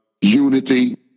Unity